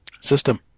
system